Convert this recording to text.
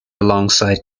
alongside